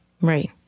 Right